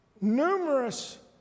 numerous